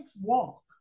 walk